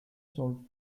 solved